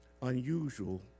unusual